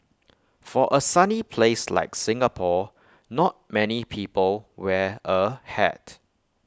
for A sunny place like Singapore not many people wear A hat